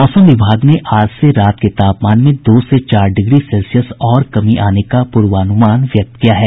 मौसम विभाग ने आज से रात के तापमान में दो से चार डिग्री सेल्सियस और कमी आने का पूर्वानुमान व्यक्त किया है